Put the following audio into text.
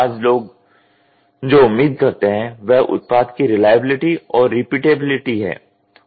आज लोग जो उम्मीद करते हैं वह उत्पाद की रिलायबिलिटी और रिपीटेबिलिटी है